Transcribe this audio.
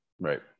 Right